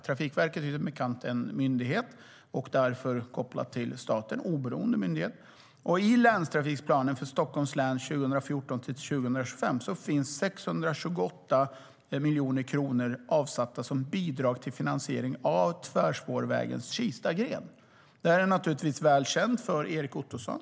Trafikverket är som bekant en till staten kopplad oberoende myndighet. I länstrafikplanen för Stockholms län 2014-2025 finns 628 miljoner kronor avsatta som bidrag till finansiering av tvärspårvägens Kistagren. Det är naturligtvis väl känt för Erik Ottoson.